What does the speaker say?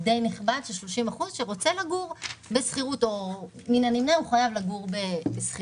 די נכבד של 30% שרוצה או מן הנמנע חייב לגור בשכירות.